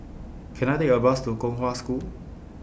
Can I Take A Bus to Kong Hwa School